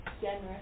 generous